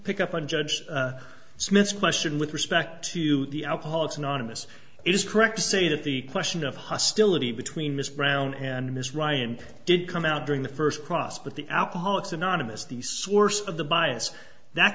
pick up on judge smith's question with respect to the alcoholics anonymous is correct to say that the question of hostility between mr brown and ms ryan did come out during the first cross but the alcoholics anonymous the source of the bias that